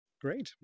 Great